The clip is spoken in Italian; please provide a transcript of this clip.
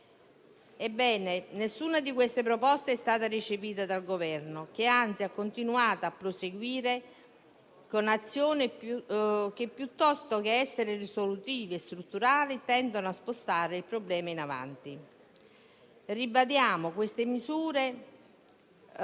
dipendenti. Nessuna di queste proposte è stata recepita dal Governo che, anzi, ha continuato a mettere in campo azioni che, piuttosto che essere risolutive e strutturali, tendono a spostare il problema in avanti. Ribadiamo il